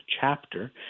chapter